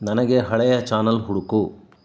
ನನಗೆ ಹಳೆಯ ಚಾನಲ್ ಹುಡುಕು